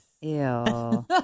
Ew